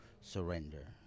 surrender